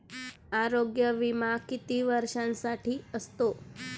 आरोग्य विमा किती वर्षांसाठी असतो?